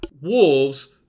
Wolves